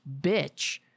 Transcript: bitch